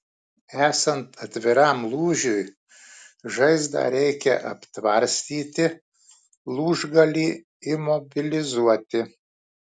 esant atviram lūžiui žaizdą reikia aptvarstyti lūžgalį imobilizuoti